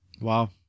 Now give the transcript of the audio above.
Wow